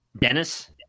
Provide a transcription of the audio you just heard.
Dennis